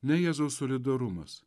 ne jėzus solidarumas